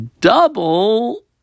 double